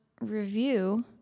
review